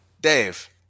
Dave